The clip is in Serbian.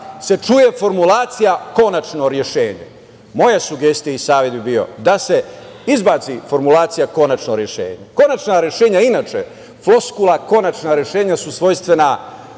se čuje formulacija - konačno rešenje. Moja sugestija i savet bi bio da se izbaci formulacija "konačno rešenje". Konačna rešenja, inače, floskula "konačna rešenja" su svojstvena